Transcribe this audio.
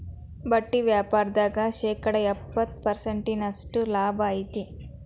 ಬಟ್ಟಿ ವ್ಯಾಪಾರ್ದಾಗ ಶೇಕಡ ಎಪ್ಪ್ತತ ಪರ್ಸೆಂಟಿನಷ್ಟ ಲಾಭಾ ಐತಿ